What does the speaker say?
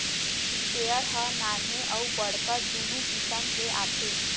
sprayer ह नान्हे अउ बड़का दुनो किसम के आथे